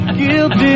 guilty